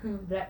with black